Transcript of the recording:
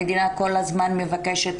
המדינה כל הזמן מבקשת